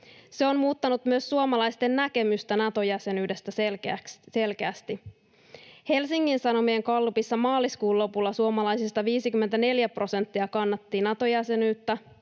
Se on muuttanut myös suomalaisten näkemystä Nato-jäsenyydestä selkeästi. Helsingin Sanomien gallupissa maaliskuun lopulla suomalaisista 54 prosenttia kannatti Nato-jäsenyyttä.